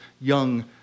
young